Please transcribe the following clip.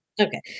Okay